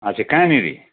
अच्छा कहाँनेरि